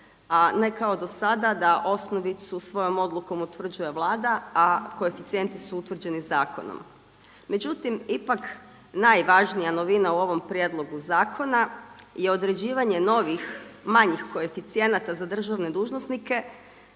A ne kao da do sada osnovicu svojom odlukom utvrđuje Vlada a koeficijenti su utvrđeni zakonom. Međutim, ipak najvažnija novina u ovom prijedlogu zakona je određivanje novih manjih koeficijenata za državne dužnosnike